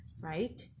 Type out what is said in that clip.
right